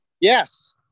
Yes